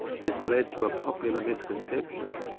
this led to a popular misconception,